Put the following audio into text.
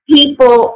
People